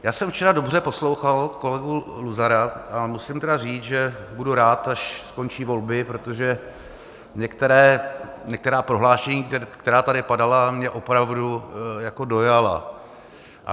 Já jsem včera dobře poslouchal kolegu Luzara a musím říct, že budu rád, až skončí volby, protože některá prohlášení, která tady padala, mě opravdu dojala.